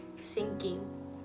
sinking